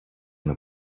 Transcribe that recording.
una